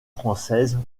françaises